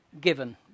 given